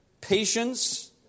patience